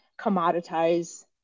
commoditize